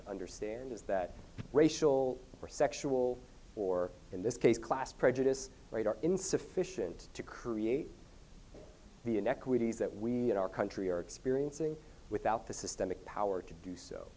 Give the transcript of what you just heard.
to understand is that racial or sexual or in this case class prejudice insufficient to create the inequities that we our country are experiencing without the systemic power to do so